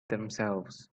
themselves